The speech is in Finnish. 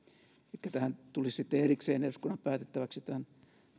elikkä tämä tulisi sitten erikseen eduskunnan päätettäväksi tämän